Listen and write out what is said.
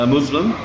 Muslim